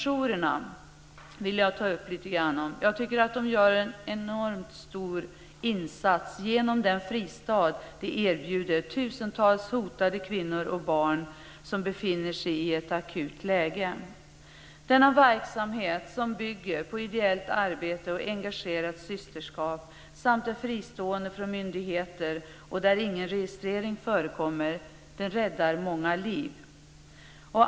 Jag vill även ta upp kvinnojourerna. De gör en enormt stor insats genom den fristad de erbjuder tusentals hotade kvinnor och barn som befinner sig i ett akut läge. Denna verksamhet, som bygger på ideellt arbete och engagerat systerskap samt är fristående från myndigheter och där ingen registrering förekommer, räddar många liv.